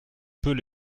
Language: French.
peut